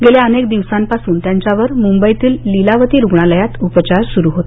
गेल्या अनेक दिवसांपासून त्यांच्यावर मुंबईतील लिलावती रुग्णालयात उपचार सुरु होते